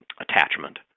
attachment